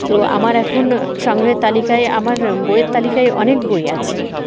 তো আমার এখন সংগ্রহের তালিকায় আমার বইয়ের তালিকায় অনেক বই আছে